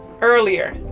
earlier